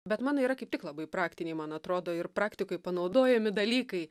bet mano yra kaip tik labai praktiniai man atrodo ir praktikoj panaudojami dalykai